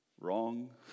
Wrong